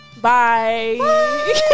Bye